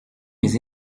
mes